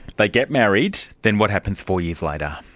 they get married. then what happens four years later?